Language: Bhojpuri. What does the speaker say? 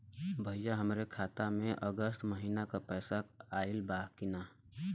भईया हमरे खाता में अगस्त महीना क पैसा आईल बा की ना?